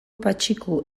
patxiku